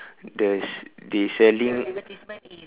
the they selling